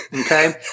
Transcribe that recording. okay